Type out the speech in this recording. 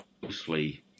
mostly